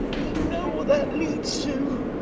but you know what that leads to.